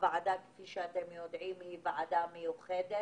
הוועדה, כפי שאתם יודעים, היא ועדה מיוחדת